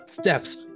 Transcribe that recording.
steps